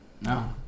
No